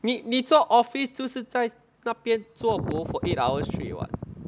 你你做 office 就是在那边做 bo for eight hours straight [what]